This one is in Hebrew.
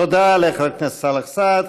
תודה לחבר הכנסת סאלח סעד.